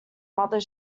mother